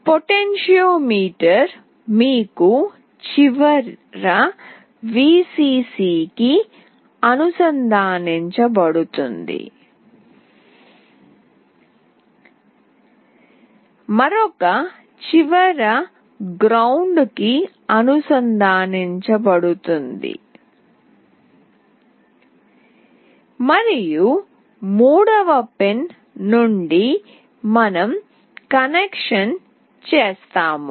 potentiometer ఒక చివర Vcc కి అనుసంధానించబడుతుంది మరొక చివర గ్రౌండ్ కి అనుసంధానించబడుతుంది మరియు మూడవ పిన్ నుండి మనం కనెక్షన్ చేస్తాము